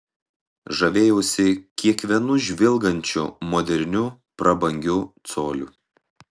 žavėjausi kiekvienu žvilgančiu moderniu prabangiu coliu